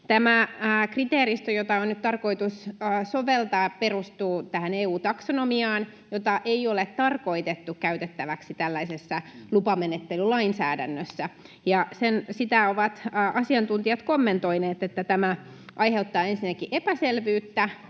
Tämä kriteeristö, jota on nyt tarkoitus soveltaa, perustuu tähän EU-taksonomiaan, jota ei ole tarkoitettu käytettäväksi tällaisessa lupamenettelylainsäädännössä. Sitä ovat asiantuntijat kommentoineet, että tämä aiheuttaa ensinnäkin epäselvyyttä